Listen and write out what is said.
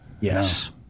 Yes